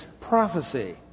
prophecy